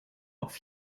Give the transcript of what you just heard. auf